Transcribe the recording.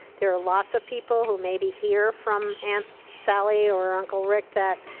there are lots of people who maybe hear from aunt sally or uncle rick that,